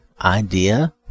idea